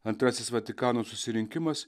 antrasis vatikano susirinkimas